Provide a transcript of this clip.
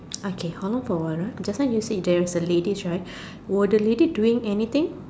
okay hold on for a while ah just now you say there was a ladies right were the lady doing anything